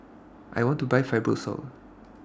I want to Buy Fibrosol